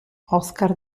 oscar